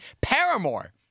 Paramore